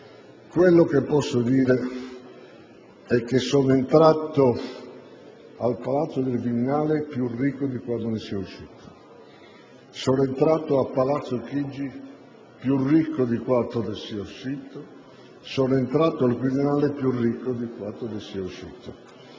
Quello che posso dire è che sono entrato al Palazzo del Viminale più ricco di quanto ne sia uscito; sono entrato a Palazzo Chigi più ricco di quanto ne sia uscito; sono entrato al Quirinale più ricco di quanto ne sia uscito.